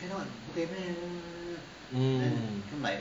mm